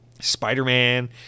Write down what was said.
Spider-Man